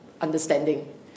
understanding